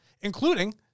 including